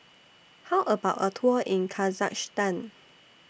How about A Tour in Kazakhstan